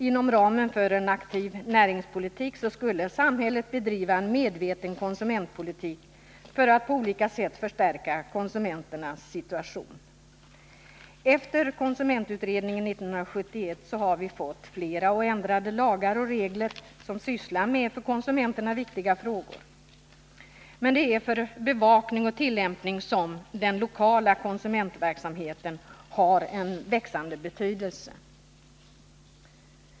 Inom ramen för en aktiv näringspolitik skulle samhället bedriva en medveten konsumentpolitik för att på olika sätt förstärka konsumenternas situation. Efter konsumentutredningen 1971 har vi fått flera och ändrade lagar och regler som sysslar med för konsumenterna viktiga frågor. Men det är för bevakning och tillämpning som den lokala konsumentverksamheten har en växande betydelse.